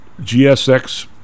GSX